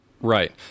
right